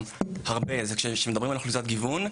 הרבה זה כשמדברים על אוכלוסיית גיוון,